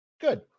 good